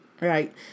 right